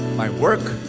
my work,